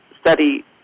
study